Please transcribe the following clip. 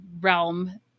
realm